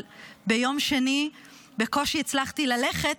אבל ביום שני בקושי הצלחתי ללכת,